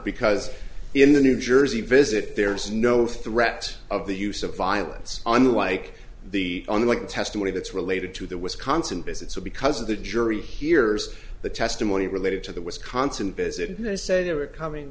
because in the new jersey visit there is no threat of the use of violence unlike the unlike the testimony that's related to the wisconsin visit so because of the jury hears the testimony related to the wisconsin visit and said they were coming